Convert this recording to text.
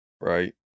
Right